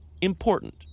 important